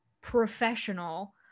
professional